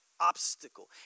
Obstacle